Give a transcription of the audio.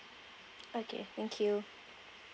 okay thank you